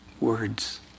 Words